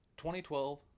2012